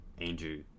Andrew